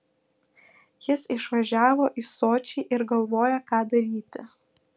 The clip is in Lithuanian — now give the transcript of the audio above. jis išvažiavo į sočį ir galvoja ką daryti